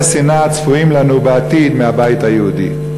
השנאה הצפויים לנו בעתיד מהבית היהודי?